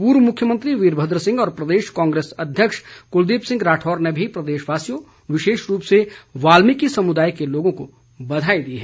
पूर्व मुख्यमंत्री वीरभद्र सिंह और प्रदेश कांग्रेस अध्यक्ष कुलदीप राठौर ने भी प्रदेशवासियों विशेष रूप से वाल्मिकी समुदाय के लोगों को बधाई दी है